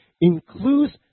includes